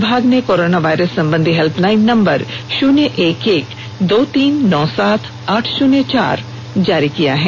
विभाग ने corona virus संबंधी हेल्पलाइन नंबर शून्य एक एक दो तीन नौ सात आठ शून्य चार छह जारी किया है